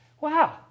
Wow